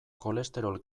kolesterol